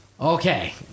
Okay